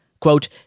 Quote